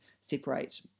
separate